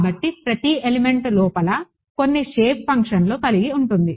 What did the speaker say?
కాబట్టి ప్రతి ఎలిమెంట్ లోపల కొన్ని షేప్ ఫంక్షన్లు కలిగి ఉంటుంది